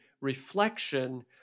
reflection